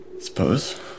suppose